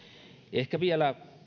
ehkä vielä